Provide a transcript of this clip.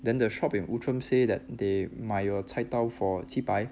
then the shop in outram say that they 卖菜刀 for 几百